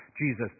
Jesus